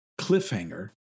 cliffhanger